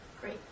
great